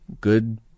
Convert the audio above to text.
good